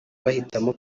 bahitamo